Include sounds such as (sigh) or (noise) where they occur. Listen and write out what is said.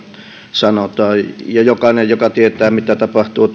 sanotaan jokainen joka tietää mitä tapahtuu (unintelligible)